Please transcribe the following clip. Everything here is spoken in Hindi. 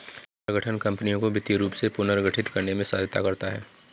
पुनर्गठन कंपनियों को वित्तीय रूप से पुनर्गठित करने में सहायता करता हैं